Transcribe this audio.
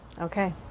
okay